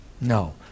No